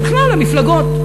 ובכלל המפלגות,